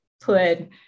put